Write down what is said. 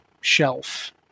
shelf